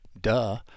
Duh